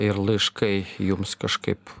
ir laiškai jums kažkaip